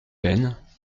peines